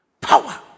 Power